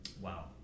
Wow